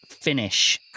Finish